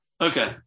Okay